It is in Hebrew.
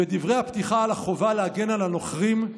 "בדברי הפתיחה על החובה להגן על הנוכחים,